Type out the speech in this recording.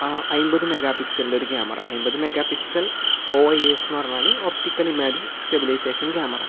അമ്പത് മെഗാ പിക്ചറിൻ്റെ ഒരു ക്യാമറ അമ്പത് മെഗാ പിക്സൽ ഒ എസ് എന്നു പറഞ്ഞാൽ ഒപ്റ്റിക്കൽ ഇമേജ് സ്റ്റെബിലൈസേഷൻ ക്യാമറ